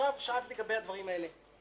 איילת נחמיאס ורבין, שאלת לגבי הדברים האלה.